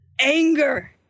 anger